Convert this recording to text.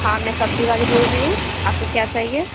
ہاں میں سبزی والی بول رہی ہوں آپ کو کیا چاہیے